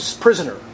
prisoner